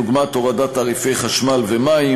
דוגמת הורדת תעריפי חשמל ומים,